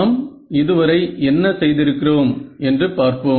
நாம் இதுவரை என்ன செய்திருக்கிறோம் என்று பார்ப்போம்